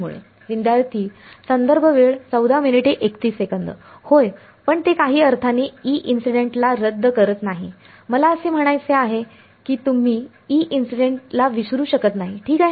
विद्यार्थीः होय पण ते काही अर्थाने E इन्सिडेंट ला रद्द करत नाही मला असे म्हणायचे आहे की तुम्ही E इन्सिडेंट ला विसरू शकत नाही ठीक आहे